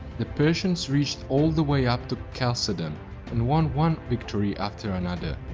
the persians reached all the way up to chalcedon and won one victory after another.